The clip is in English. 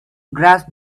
grasp